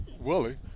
Willie